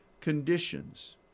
conditions